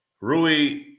Rui